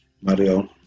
Mario